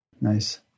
Nice